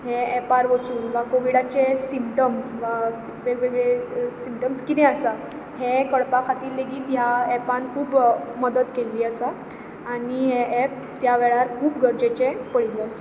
हें एपार वचून वा कॉवीडाचे सिमटम्स वा वेगवेगळे सिमटम्स कितें आसा हें कळपाक खातीर लेगीत ह्या एपान खूब मदत केल्ली आसा आनी हें एप त्या वेळार खूब गरजेचें पडिल्लें आसा